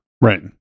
right